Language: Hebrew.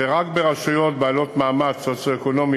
ורק ברשויות בעלות מעמד סוציו-אקונומי